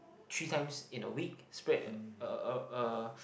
three times in a week spread uh uh uh